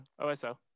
Oso